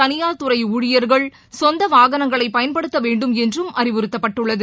தனியார்துறையூழியர்கள் சொந்தவாகனங்களைபயன்படுத்தவேண்டும் அரசமற்றம் என்றும் அறிவுறுத்தப்பட்டுள்ளது